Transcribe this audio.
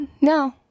no